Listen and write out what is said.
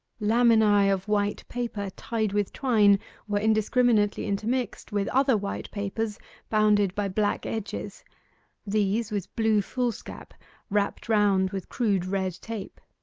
laminae of white paper tied with twine were indiscriminately intermixed with other white papers bounded by black edges these with blue foolscap wrapped round with crude red tape.